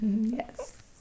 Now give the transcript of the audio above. Yes